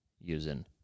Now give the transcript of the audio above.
using